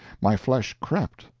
my flesh crept,